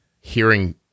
hearing